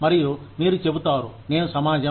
మరియు మీరు చెబుతారు నేను సమాజం